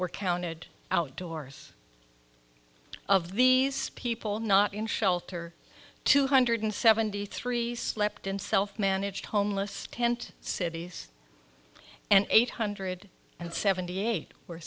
were counted outdoors of these people not in shelter two hundred seventy three slept in self managed homeless tent cities and eight hundred and seventy eight were